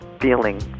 feeling